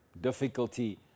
difficulty